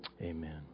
Amen